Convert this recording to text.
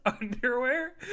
underwear